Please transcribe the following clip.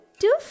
two